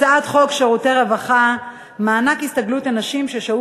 הצעת חוק שירותי רווחה (מענק הסתגלות לנשים ששהו